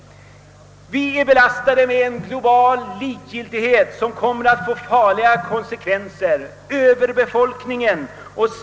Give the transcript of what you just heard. Vi är belastade med en global likgiltighet som kommer att få farliga konsekvenser.